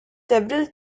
several